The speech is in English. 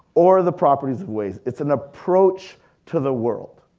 or the properties of waves. it's an approach to the world.